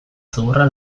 zuhurra